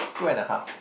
two and a half